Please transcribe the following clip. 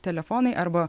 telefonai arba